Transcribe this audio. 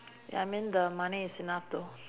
ya I mean the money is enough though